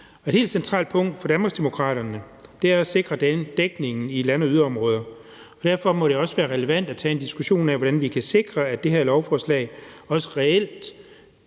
Et helt centralt punkt for Danmarksdemokraterne er at sikre denne dækning i land- og yderområder. Derfor må det også være relevant at tage en diskussion af, hvordan vi kan sikre, at det her lovforslag også reelt